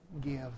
give